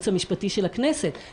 אני כאן אשתדל מאוד,